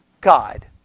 God